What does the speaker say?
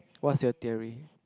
what's your theory